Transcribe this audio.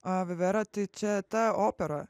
o vivera tai čia ta opera